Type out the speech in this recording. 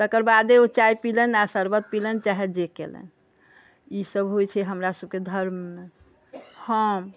तेकर बादे ओ चाय पीलनि शर्बत पीलनि चाहे जे केलनि इसभ होइ छै हमरा सभके धर्ममे हम